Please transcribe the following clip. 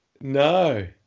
No